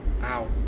Ow